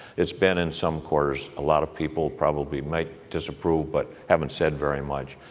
it's been in some quarters a lot of people probably might disapprove, but haven't said very much.